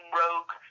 rogue